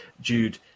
Jude